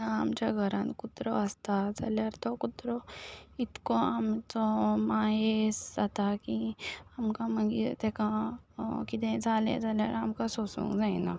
आतां आमच्या घरांत कुत्रो आसता जाल्यार तो कुत्रो इतको आमचो मायेस्त जाता की आमकां मागीर ताका कितें जालें जाल्यार आमकां सोसूंक जायना